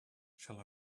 shall